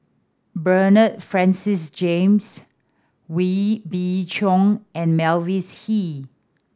Bernard Francis James Wee Beng Chong and Mavis Hee